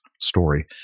story